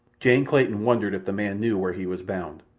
jane clayton wondered if the man knew where he was bound.